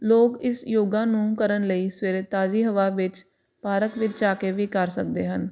ਲੋਕ ਇਸ ਯੋਗਾ ਨੂੰ ਕਰਨ ਲਈ ਸਵੇਰੇ ਤਾਜ਼ੀ ਹਵਾ ਵਿੱਚ ਪਾਰਕ ਵਿੱਚ ਜਾ ਕੇ ਵੀ ਕਰ ਸਕਦੇ ਹਨ